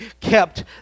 kept